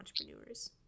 entrepreneurs